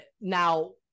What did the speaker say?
now